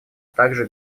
также